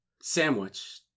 sandwich